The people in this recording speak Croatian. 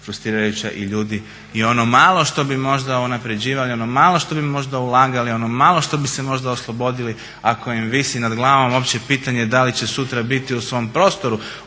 frustrirajuća i ljudi i ono malo što bi možda unapređivali, ono malo što bi možda ulagali, ono malo što bi se možda oslobodili ako im visi nad glavom uopće je pitanje da li će sutra biti u svom prostoru